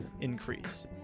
increase